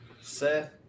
Seth